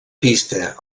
pista